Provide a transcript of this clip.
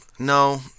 No